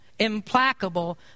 implacable